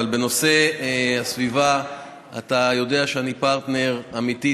בנושא הסביבה אתה יודע שאני פרטנר אמיתי,